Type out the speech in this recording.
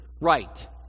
right